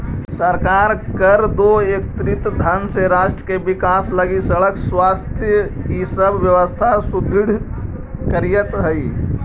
सरकार कर दो एकत्रित धन से राष्ट्र के विकास लगी सड़क स्वास्थ्य इ सब व्यवस्था सुदृढ़ करीइत हई